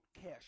cash